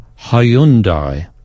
Hyundai